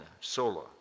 sola